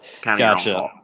Gotcha